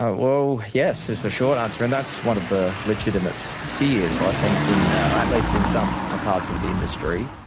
yes is the short answer and that's one of the legitimate fears i think, you know at least in some ah parts of the industry.